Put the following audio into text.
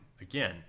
again